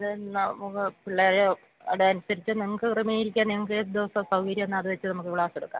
അത് നമുക്ക് പിള്ളേരെ അത് അനുസരിച്ച് ഞങ്ങൾക്ക് ക്രമീകരിക്കാന് നിങ്ങൾക്ക് ഏത് ദിവസമാണ് സൗകര്യമെന്നാൽ അത് വെച്ച് നമുക്ക് ക്ലാസ് എടുക്കാം